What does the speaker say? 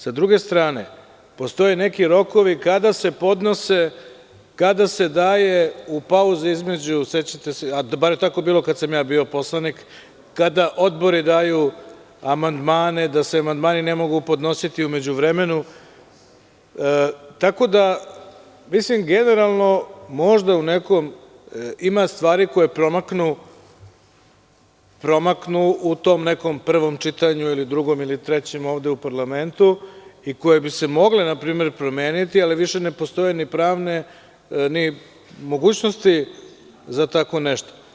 Sa druge strane, postoje neki rokovi kada se daje u pauzi između, sećate se, bar je tako bilo kada sam ja bio poslanik, kada odbori daju amandmane da se amandmani ne mogu podnositi u međuvremenu, i mislim da generalno, ima stvari koje promaknu u tom nekom prvom čitanju ili drugom ili trećem u parlamentu i koje bi se mogle promeniti, ali više ne postoje ni pravne mogućnosti za tako nešto.